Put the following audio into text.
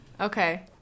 Okay